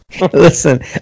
Listen